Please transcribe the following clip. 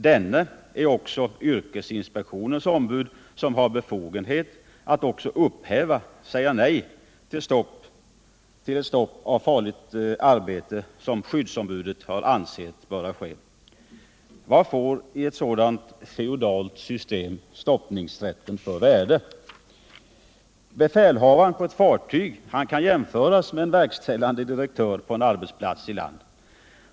Denne vore då också yrkesinspektion eller dess ombud, som har befogenhet att upphäva det stopp för ett farligt arbete som skyddsombudet ansett vara nödvändigt. Vad får i ett sådant feodalt system rätten att stoppa arbetet för värde? Befälhavaren på ett fartyg kan jämföras med en verkställande direktör på en arbetsplats på land.